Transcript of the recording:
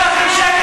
היה לכם שקט